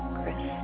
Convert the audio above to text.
Chris